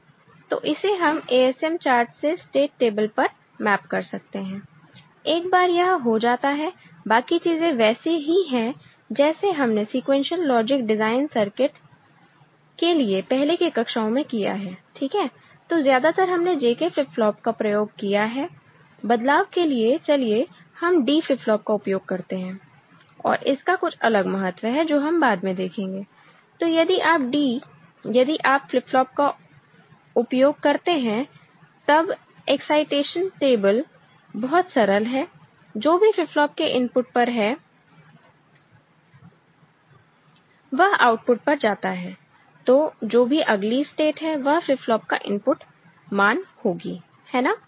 तो इसे हम ASM चार्ट से स्टेट टेबल पर मैप कर सकते हैं एक बार यह हो जाता है बाकी चीजें वैसे ही है जैसे हमने सीक्वेंशियल लॉजिक डिजाइन सर्किट के लिए पहले की कक्षाओं में किया है ठीक है तो ज्यादातर हमने JK फ्लिप फ्लॉप का प्रयोग किया है बदलाव के लिए चलिए हम D फ्लिप फ्लॉप का उपयोग करते हैं और इसका कुछ अलग महत्व है जो हम बाद में देखेंगे तो यदि आप D यदि आप फ्लिप फ्लॉप का उपयोग करते हैं तब एक्साइटेशन टेबल बहुत सरल है जो भी फ्लिप फ्लॉप के इनपुट पर है वह आउटपुट पर जाता है तोजो भी अगली स्टेट है वह फ्लिप फ्लॉप का इनपुट मान होगी है ना